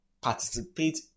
participate